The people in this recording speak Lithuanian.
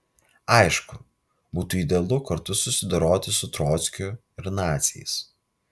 aišku būtų idealu kartu susidoroti su trockiu ir naciais